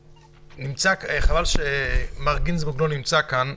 חבל שמר גינזבורג לא נמצא כאן.